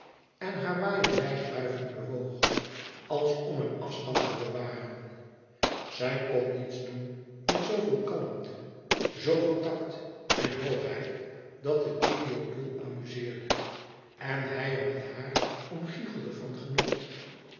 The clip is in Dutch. en haar waaier wijd wuivend bewoog als om een afstand te bewaren zij kon zoo iets doen met zoo veel kalmte zooveel tact en hoogheid dat het gilio dol amuzeerde en hij er met haar om gichelde van genot